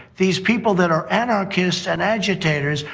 these people that are anarchists and agitators.